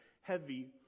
heavy